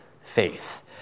faith